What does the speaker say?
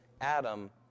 Adam